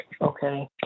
Okay